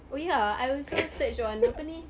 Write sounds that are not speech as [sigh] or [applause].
oh ya I also [noise] search on apa ni